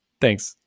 Thanks